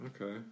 Okay